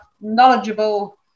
knowledgeable